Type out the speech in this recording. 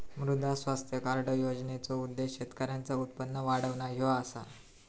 मुद्रा स्वास्थ्य कार्ड योजनेचो उद्देश्य शेतकऱ्यांचा उत्पन्न वाढवणा ह्यो असा